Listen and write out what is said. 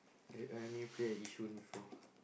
I I only play at Yishun before